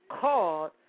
called